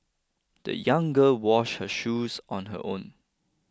the young girl washed her shoes on her own